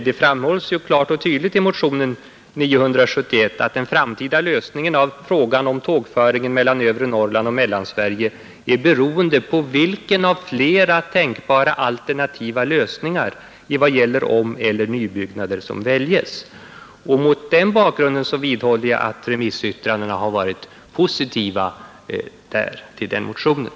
Det framhålls ju klart och tydligt i motionen 971 att den framtida lösningen av frågan om tågföringen mellan övre Norrland och Mellansverige är beroende av vilken av flera tänkbara alternativa lösningar i vad gäller omeller nybyggnader som väljes. Mot den bakgrunden vidhåller jag att remissyttrandena har varit positiva till den motionen.